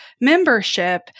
membership